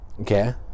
Okay